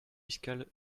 fiscales